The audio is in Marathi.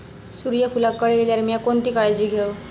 सूर्यफूलाक कळे इल्यार मीया कोणती काळजी घेव?